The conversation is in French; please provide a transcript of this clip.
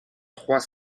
trois